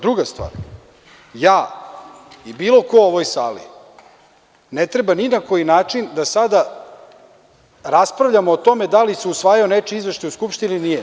Druga stvar, ja ili bilo ko u ovoj sali ne treba ni na koji način da raspravljamo o tome da li se usvajao nečiji izveštaj u Skupštini, ili nije.